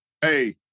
Hey